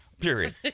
period